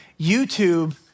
YouTube